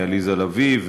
מעליזה לביא,